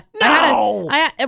No